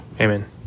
Amen